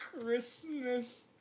christmas